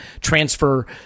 transfer